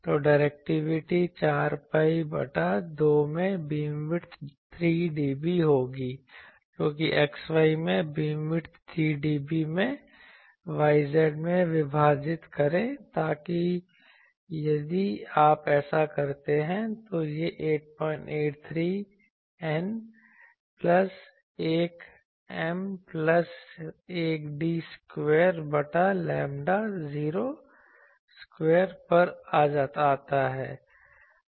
तो directivity 4 pi बटा 2 में बीमविड्थ 3dB होगी जोकि x y में बीमविड्थ 3 dB में y z में विभाजित करें ताकि यदि आप ऐसा करते हैं तो यह 883 N plus 1 M plus 1 d square बटा लैंबडा 0 स्क्वायर पर आता है